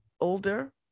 older